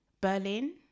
Berlin